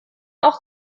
auch